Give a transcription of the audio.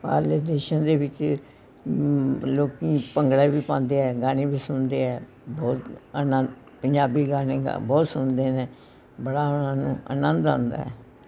ਬਾਹਰਲੇ ਦੇਸ਼ਾਂ ਦੇ ਵਿੱਚ ਲੋਕ ਭੰਗੜਾ ਵੀ ਪਾਉਂਦੇ ਹੈ ਗਾਣੇ ਵੀ ਸੁਣਦੇ ਹੈ ਬਹੁਤ ਅਨੰ ਪੰਜਾਬੀ ਗਾਣੇ ਗਾ ਬਹੁਤ ਸੁਣਦੇ ਨੇ ਬੜਾ ਉਹਨਾਂ ਨੂੰ ਆਨੰਦ ਆਉਂਦਾ ਹੈ